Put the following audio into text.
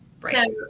Right